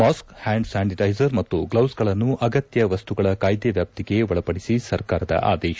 mask hand sanitiser ಮತ್ತು ಗ್ಲೌಸ್ಗಳನ್ನು ಅಗತ್ಯ ವಸ್ತುಗಳ ಕಾಯ್ದೆ ವ್ಯಾಪ್ತಿಗೆ ಒಳಪಡಿಸಿ ಸರ್ಕಾರದ ಆದೇಶ